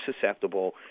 susceptible